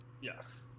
Yes